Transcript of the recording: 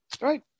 right